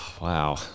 Wow